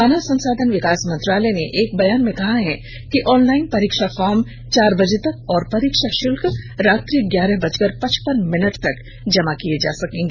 मानव संसाधन विकास मंत्रालय ने एक बयान में कहा है कि ऑनलाइन परीक्षा फार्म चार बजे तक और परीक्षा शुल्क रात्रि ग्यारह बजकर पचास मिनट तक जमा किये जा सकते हैं